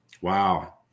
Wow